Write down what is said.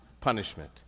punishment